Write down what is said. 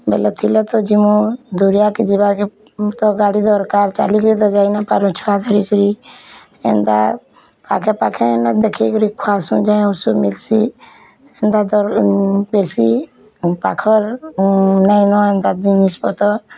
ବୋଲେ ଥିଲେ ତ ଜିମୂ ଦୁରିଆକେ ଯିବାର୍ କେ ତ ଗାଡ଼ି ଦରକାର୍ ଚାଲିକି ତ ଯାଇ ନାଇପାରୁ ଛୁଆ ଧରିକରି ଏନ୍ତା ପାଖେପାଖେ ଇନ ଦେଖି କିରି ଖୁଆସୁଁ ଯେ ଔଷଧ୍ ମିଲ୍ସି ବେଶୀ ପାଖର୍ ନାଇନ ହେନ୍ତା ଜିନିଷ୍ ପତର୍